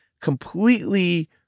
completely